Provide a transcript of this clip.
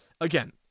again